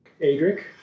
Adric